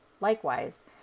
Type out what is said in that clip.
Likewise